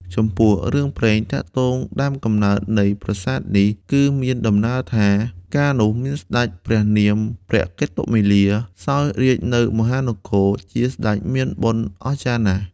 ចំពោះរឿងព្រេងទាក់ទងដើមកំណើតនៃប្រាសាទនេះ គឺមានដំណាលថា កាលនោះមានសេ្តចព្រះនាមព្រះកេតុមាលា សោយរាជនៅមហានគរ ជាសេ្តចមានបុណ្យអស្ចារ្យណាស់។